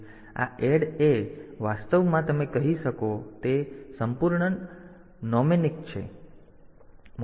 તેથી આ ADD A વાસ્તવમાં તમે કહી શકો તે સંપૂર્ણ નેમોનિક છે